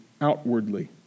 outwardly